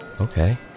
Okay